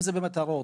אם במטרות,